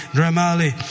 Dramali